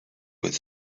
with